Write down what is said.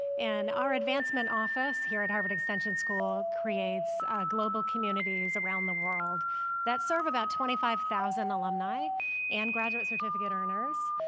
and our advancement office here at harvard extension school creates global communities around the world that serve about twenty five thousand alumni and graduate certificate earners.